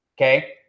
Okay